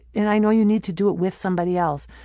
and i know you need to do it with somebody else,